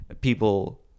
people